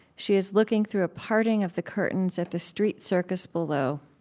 she is looking through a parting of the curtains at the street circus below.